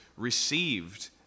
received